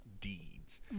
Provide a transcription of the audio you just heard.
Deeds